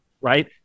right